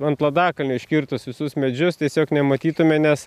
ant ladakalnio iškirtus visus medžius tiesiog nematytume nes